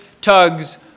tugs